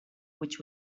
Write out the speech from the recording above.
which